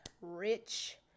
rich